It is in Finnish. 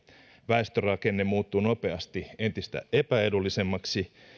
väestörakenne muuttuu nopeasti entistä epäedullisemmaksi